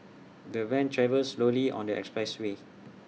the van travelled slowly on the expressway